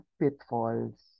pitfalls